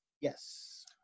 Yes